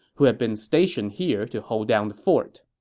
who had been stationed here to hold down the fort.